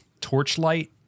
torchlight